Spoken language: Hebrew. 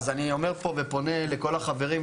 אז אני אומר פה ופונה לכל החברים,